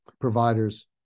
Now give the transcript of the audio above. providers